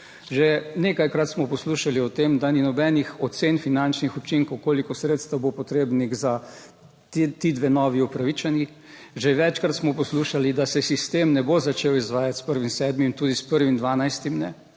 Že nekajkrat smo poslušali o tem, da ni nobenih ocen finančnih učinkov, koliko sredstev bo potrebnih za ti dve novi upravičeni. Že večkrat smo poslušali, da se sistem ne bo začel izvajati s 1. 7., tudi s 1. 12 ne.